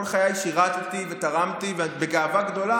כל חיי שירתי ותרמתי ובגאווה גדולה.